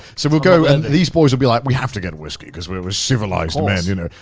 so we'll go and these boys will be like, we have to get whiskey cause we were civilized men, you know.